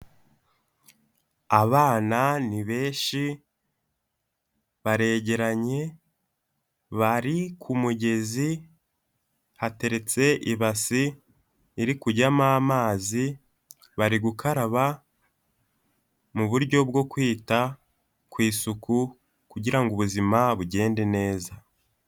Abana ni benshi, baregeranye, bari ku mugezi, hateretse ibase iri kujyamo amazi, bari gukaraba mu buryo bwo kwita ku isuku, kugira ngo ubuzima bugende neza.